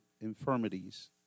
infirmities